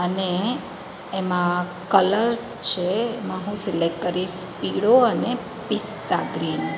અને એમાં કલર્સ છે એમાં હું સિલેક્ટ કરીશ પીળો અને પિસ્તા ગ્રીન